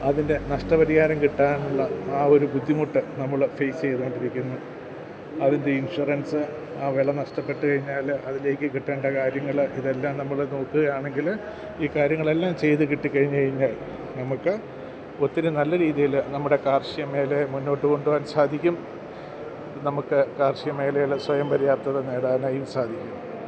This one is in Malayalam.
അതിൻ്റെ നഷ്ടപരിഹാരം കിട്ടാനുള്ള ആ ഒരു ബുദ്ധിമുട്ട് നമ്മൾ ഫേസ് ചെയ്തുകൊണ്ടിരിക്കുന്നു അതിന്റെ ഇൻഷുറൻസ് ആ വില നഷ്ടപ്പെട്ടുകഴിഞ്ഞാൽ അതിലേക്ക് കിട്ടേണ്ട കാര്യങ്ങൾ ഇതെല്ലാം നമ്മൾ നോക്കുകയാണെങ്കിൾ ഈ കാര്യങ്ങളെല്ലാം ചെയ്ത് കിട്ടിക്കഴിഞ്ഞുകഴിഞ്ഞാൽ നമുക്ക് ഒത്തിരി നല്ല രീതിയിൽ നമ്മുടെ കാർഷികമേഖലയെ മുന്നോട്ടുകൊണ്ടുപോകാൻ സാധിക്കും നമുക്ക് കാർഷികമേഖയിൽ സ്വയം പര്യാപ്തത നേടാനായും സാധിക്കും